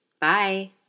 Bye